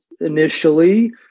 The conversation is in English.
initially